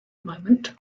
moment